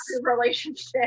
relationship